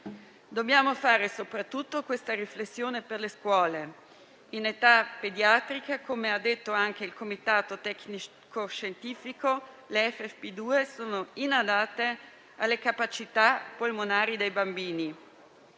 Dobbiamo fare soprattutto questa riflessione per le scuole: in età pediatrica - come ha detto anche il Comitato tecnico-scientifico - le ffp2 sono inadatte alle capacità polmonari dei bambini.